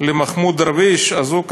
גם בערבית זה נשמע שטויות.